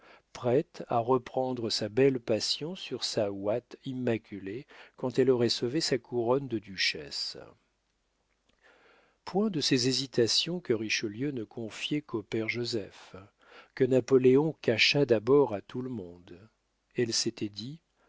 prête à reprendre sa belle passion sur sa ouate immaculée quand elle aurait sauvé sa couronne de duchesse point de ces hésitations que richelieu ne confiait qu'au père joseph que napoléon cacha d'abord à tout le monde elle s'était dit